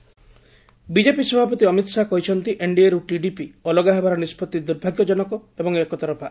Amit Shah TDP BJP ସଭାପତି ଅମିତ୍ ଶାହା କହିଛନ୍ତି ଏନ୍ଡିଏରୁ ଟିଡିପି ଅଲଗା ହେବାର ନିଷ୍ପଭି ଦୂର୍ଭାଗ୍ୟଜନକ ଏବଂ ଏକତରଫା